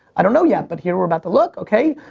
i don't know yet, but here we're about to look. ok,